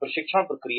प्रशिक्षण प्रक्रिया